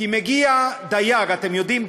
כי מגיע דייג, אתם יודעים,